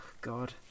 God